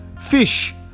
Fish